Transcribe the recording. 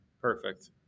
perfect